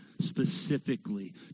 specifically